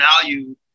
value